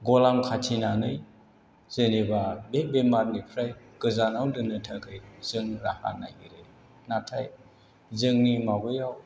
गलाम खाथिनानै जेनेबा बे बेमारनिफ्राय गोजानाव दोननो थाखाय जों राहा नागिरो नाथाय जोंनि माबायाव